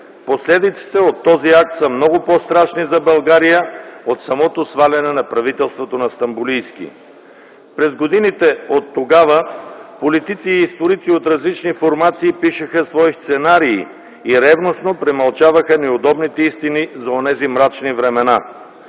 Последиците от този акт са много по-страшни за България от самото сваляне на правителството на Стамболийски. През годините оттогава политици и историци от различни формации пишеха свои сценарии и ревностно премълчаваха неудобните истини за онези мрачни времена.